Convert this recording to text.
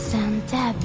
Santa